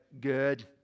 good